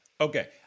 Okay